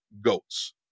goats